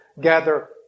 Gather